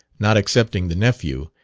not excepting the nephew,